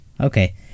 Okay